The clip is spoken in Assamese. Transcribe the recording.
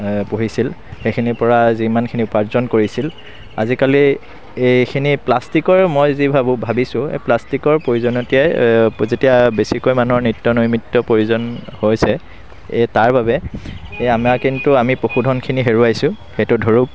পুহিছিল সেইখিনিৰ পৰা যিমান উপাৰ্জন কৰিছিল আজিকালি এইখিনি প্লাষ্টিকৰে মই যি ভাবোঁ ভাবিছোঁ প্লাষ্টিকৰ প্ৰয়োজনীয়তাই যেতিয়া বেছিকৈ মানুহৰ নিত্ত নৈমিত্য় প্ৰয়োজন হৈছে এই তাৰ বাবে এই আমাৰ কিন্তু আমি পশুধনখিনি হেৰুৱাইছোঁ সেইটো ধুৰুপ